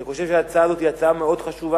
אני חושב שההצעה הזאת היא הצעה מאוד חשובה.